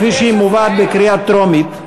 כפי שהיא מובאת לקריאה טרומית,